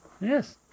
yes